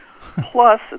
plus